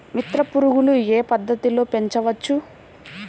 మిత్ర పురుగులు ఏ పద్దతిలో పెంచవచ్చు?